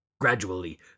Gradually